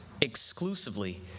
exclusively